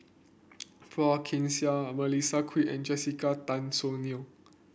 Phua Kin Siang Melissa Kwee and Jessica Tan Soon Neo